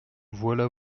voilà